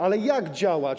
Ale jak działać?